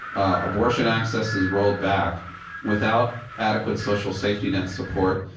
abortion access is rolled back without adequate social safety net support,